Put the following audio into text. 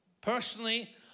personally